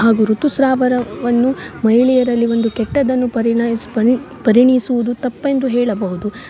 ಹಾಗು ಋತುಸ್ರಾವರವನ್ನು ಮಹಿಳೆಯರಲ್ಲಿ ಒಂದು ಕೆಟ್ಟದ್ದನ್ನು ಪರಿಣಯಸ್ ಪಣಿ ಪರಿಗಣಿಸುದು ತಪ್ಪೆಂದು ಹೇಳಬಹುದು